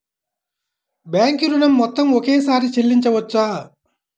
Bank ఋణం మొత్తము ఒకేసారి చెల్లించవచ్చా?